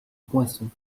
poinçon